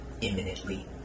imminently